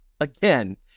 again